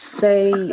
say